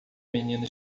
menina